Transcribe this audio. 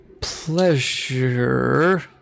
Pleasure